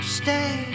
stay